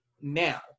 now